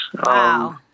Wow